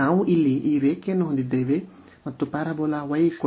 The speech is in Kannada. ನಾವು ಇಲ್ಲಿ ಈ ರೇಖೆಯನ್ನು ಹೊಂದಿದ್ದೇವೆ ಮತ್ತು ಪ್ಯಾರಾಬೋಲಾ y